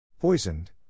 Poisoned